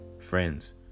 friends